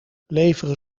leveren